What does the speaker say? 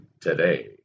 today